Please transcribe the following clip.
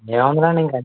ఏముండదండి ఇంక